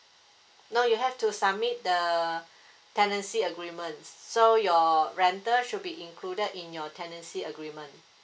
no you have to submit the tenancy agreement so your rental should be included in your tenancy agreement